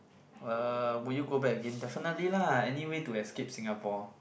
uh would you go back again definitely lah any way to escape Singapore